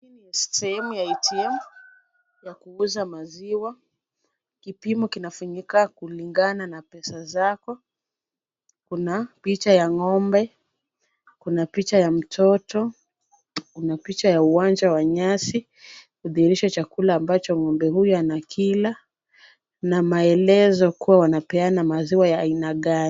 Sehemu la ATM la kuuza maziwa. Kipimo kinafunika kulingana na pesa zako. Kuna picha ya ng'ombe, kuna picha ya mtoto, kuna picha ya uwanja wa nyasi kudhihirisha chakula ambacho ng'ombe huyu anakila na maelezo kuwa wanapeana maziwa ya aina gani.